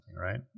right